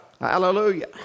Hallelujah